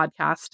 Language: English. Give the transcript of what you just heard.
podcast